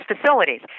facilities